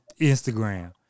Instagram